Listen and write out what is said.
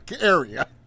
area